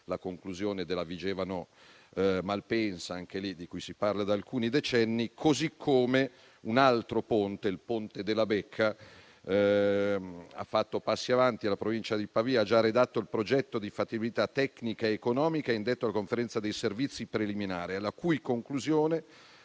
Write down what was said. la conclusione della Vigevano-Malpensa, di cui si parla da alcuni decenni. Così come un altro ponte, il ponte della Becca, ha fatto passi avanti: la Provincia di Pavia ha già redatto il progetto di fattibilità tecnico-economica e ha indetto la conferenza dei servizi preliminare, alla cui conclusione